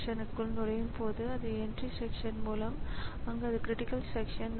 இதன் விளைவாக மானிட்டருடன் இணைக்கும் தனி கிராபிக்ஸ் அடாப்டரை வைத்திருக்கிறோம்